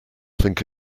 think